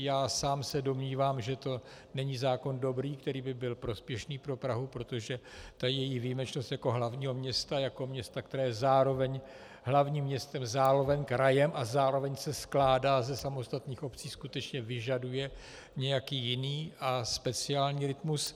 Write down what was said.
Já sám se domnívám, že to není zákon dobrý, který by byl prospěšný pro Prahu, protože její výjimečnost jako hlavního města, jako města, které je zároveň hlavním městem, zároveň krajem a zároveň se skládá ze samostatných obcí, skutečně vyžaduje nějaký jiný a speciální rytmus.